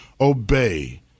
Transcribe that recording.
obey